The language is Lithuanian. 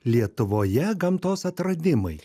lietuvoje gamtos atradimai